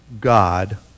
God